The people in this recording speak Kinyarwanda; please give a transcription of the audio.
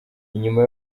inyuma